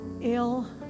ill